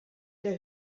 der